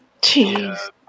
Jeez